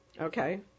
Okay